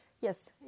yes